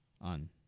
on –